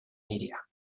media